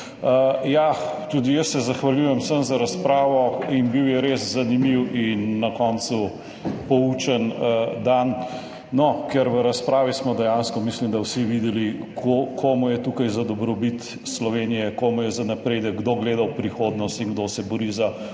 Ja, tudi jaz se zahvaljujem vsem za razpravo in bil je res zanimiv in na koncu poučen dan, ker v razpravi smo dejansko, mislim, da vsi videli komu je tukaj za dobrobit Slovenije, komu je za napredek, kdo gleda v prihodnost in kdo se bori za vse